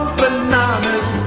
bananas